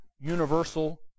universal